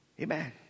amen